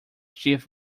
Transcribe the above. chief